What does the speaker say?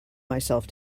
myself